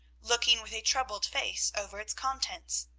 looking with a troubled face over its contents.